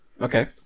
Okay